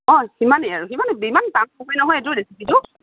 অঁ সিমানেই আৰু সিমানেই ইমান টান নহয় নহয় এইটো ৰেচিপিটো